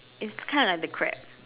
its kind of like the crab